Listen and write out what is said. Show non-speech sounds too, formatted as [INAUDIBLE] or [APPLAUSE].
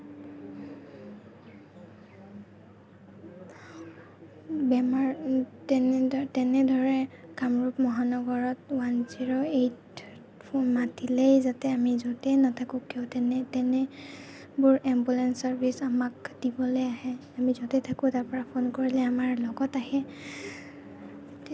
বেমাৰ [UNINTELLIGIBLE] তেনেধৰে কামৰূপ মহানগৰত one zero eight [UNINTELLIGIBLE] মাতিলেই যাতে আমি য'তেই নাথাকো তেনে তেনেবোৰ এম্বুলেন্স চাৰ্ভিচ আমাক দিবলে আহে আমি য'তেই থাকো তাৰ পৰা ফোন কৰিলে আমাৰ লগত আহে